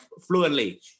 fluently